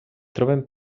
troben